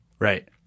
Right